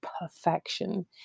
perfection